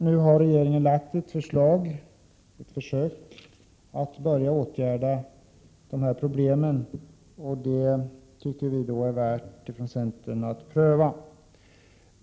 Nu har regeringen framlagt ett förslag som är ett försök att åtgärda problemen. Vi i centern tycker att det är värt att pröva dessa förslag.